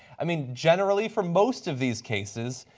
i mean generally, for most of these cases,